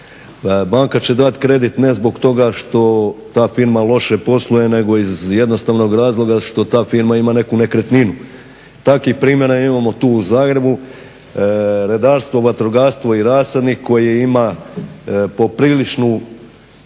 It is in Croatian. Banka će dati kredit ne zbog toga što ta firma loše posluje nego iz jednostavnog razloga što ta firma ima neku nekretninu. Takvih primjera imamo tu u Zagrebu redarstvo, vatrogastvo i rasadnik koji ima popriličnu